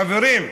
חברים,